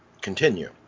Continue